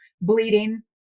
Bleeding